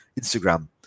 Instagram